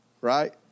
Right